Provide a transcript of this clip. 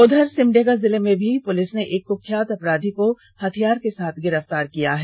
उधर सिमडेगा जिले में भी पुलिस ने एक कुख्यात अपराधी को हथियार के साथ गिरफतार किया है